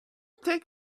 take